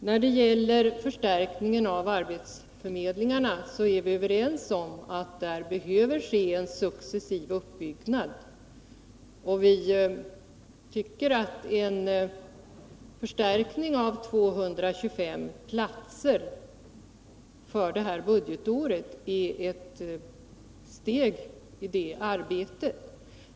När det gäller en förstärkning av arbetsförmedlingarna är vi överens om att det behöver ske en successiv utbyggnad. Vi tycker att en förstärkning på 225 platser för det här budgetåret är ett steg i det arbetet.